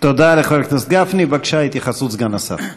תודה לחבר הכנסת גפני, בבקשה, התייחסות סגן השר.